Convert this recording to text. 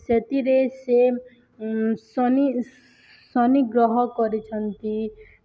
ସେଥିରେ ସେ ଶନି ଶନି ଗ୍ରହ କରିଛନ୍ତି